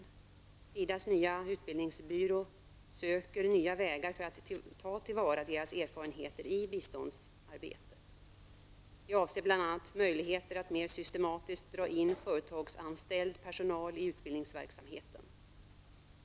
SIDAs nya utbildningsbyrå söker nya vägar för att ta till vara dessa personalkategoriers erfarenheter i biståndsarbetet. Det avser bl.a. möjligheter att mer systematiskt dra in företagsanställd personal i utbildningsverksamheten.